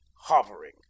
hovering